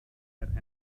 zeit